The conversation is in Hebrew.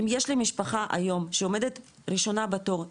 אם יש לי משפחה היום שעומדת ראשונה בתור,